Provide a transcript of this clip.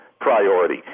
priority